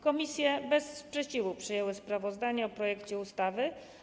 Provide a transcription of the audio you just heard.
Komisje bez sprzeciwu przyjęły sprawozdanie o projekcie ustawy.